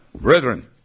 brethren